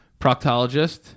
Proctologist